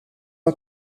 ans